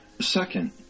Second